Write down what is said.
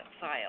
file